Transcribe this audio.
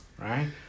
right